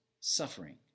suffering